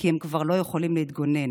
כי הם כבר לא יכולים להתגונן.